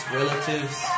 relatives